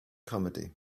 comedy